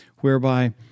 whereby